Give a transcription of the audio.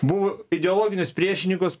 buvo ideologinius priešininkus